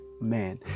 man